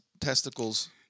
testicles